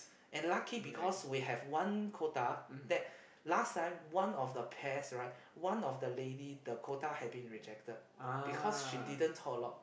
and lucky because we have one quota that last time one of the pairs right one of the lady the quota had been rejected because she didn't talk a lot